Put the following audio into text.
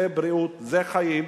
זה בריאות, זה חיים,